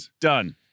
done